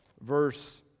verse